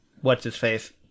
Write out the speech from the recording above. What's-his-face